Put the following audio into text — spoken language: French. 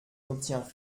n’obtient